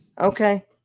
Okay